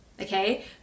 okay